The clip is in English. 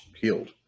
healed